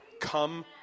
Come